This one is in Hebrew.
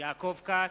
יעקב כץ,